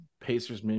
Pacers